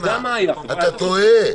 אתה טועה,